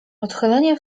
odchylenie